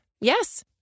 Yes